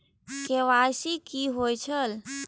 KYC कि होई छल?